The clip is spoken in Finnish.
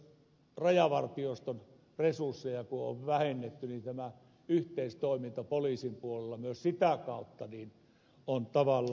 kun rajavartioston resursseja on myös vähennetty niin yhteistoiminta poliisin puolella on myös sitä kautta tavallaan heikentynyt